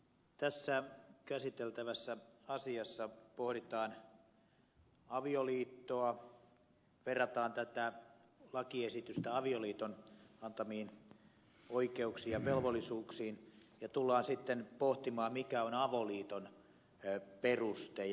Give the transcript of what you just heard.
tässä käsiteltävässä asiassa pohditaan avioliittoa verrataan tätä lakiesitystä avioliiton antamiin oikeuksiin ja velvollisuuksiin ja tullaan sitten pohtimaan mikä on avoliiton peruste ja määritelmä